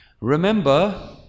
Remember